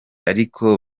ariko